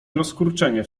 rozkurczenie